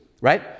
right